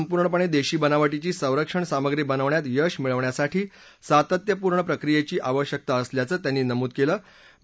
देशात संपूर्णपणे देशी बनावटीची संरक्षण सामग्री बनवण्यात यश मिळवण्यासाठी सातत्यपूर्ण प्रक्रियेची आवश्यकता असल्याचं त्यांनी नमूद केलं